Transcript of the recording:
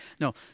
No